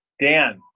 Dan